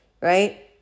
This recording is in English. right